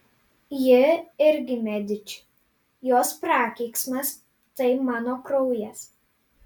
ji irgi mediči jos prakeiksmas tai mano kraujas